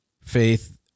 faith